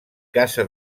caça